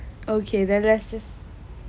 okay then that's just